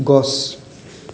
গছ